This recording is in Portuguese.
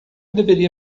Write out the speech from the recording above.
deveria